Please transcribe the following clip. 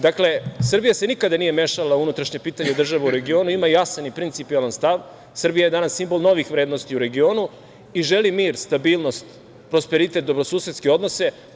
Dakle, Srbija se nikada nije mešala u unutrašnje pitanje država u regionu, ima jasan i principijelan stav, Srbija je danas simbol novih vrednosti u regionu i želi mir, stabilnost, prosperitet, dobrosusedske odnose.